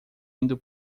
indo